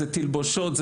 זה תלבושות,